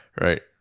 right